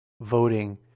voting